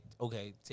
okay